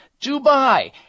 Dubai